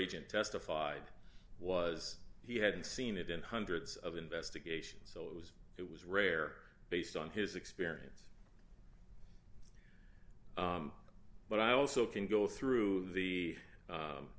agent testified was he hadn't seen it in hundreds of investigations so it was it was rare based on his experience but i also can go through the